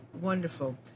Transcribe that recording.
wonderful